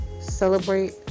celebrate